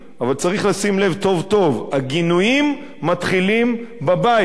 אבל צריך לשים לב טוב-טוב: הגינויים מתחילים בבית.